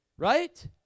Right